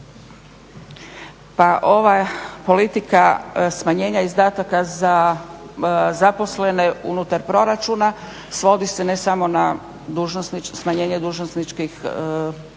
Pa ova politika smanjenja izdataka za zaposlene unutar proračuna svodi se ne samo na smanjenje dužnosničkih plaća